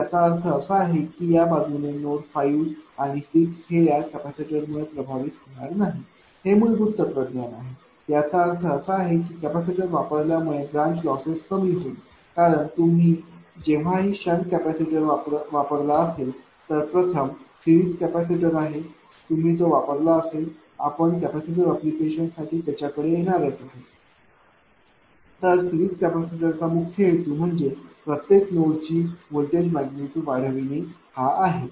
तर याचा अर्थ असा आहे की या बाजूने नोड 5 आणि 6 हे या कॅपेसिटर मुळे प्रभावित होणार नाही हे मूलभूत तत्वज्ञान आहे याचा अर्थ असा आहे की कॅपेसिटर वापरल्यामुळे ब्रांच लॉसेस कमी होईल कारण तुम्ही जेव्हाही शंट कॅपेसिटर वापरला असेल आणि तर प्रथम सिरीज कॅपेसिटर आहे तुम्ही तो वापरला असेल आपण कॅपेसिटर ऍप्लिकेशनसाठी त्याच्या कडे येणारच आहे सिरिज कॅपेसिटरचा मुख्य हेतू म्हणजे प्रत्येक नोड ची व्होल्टेज मैग्निट्यूड वाढविणे हा आहे